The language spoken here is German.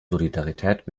solidarität